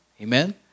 Amen